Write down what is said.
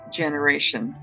generation